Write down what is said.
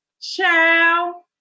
Ciao